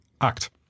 Act